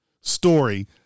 story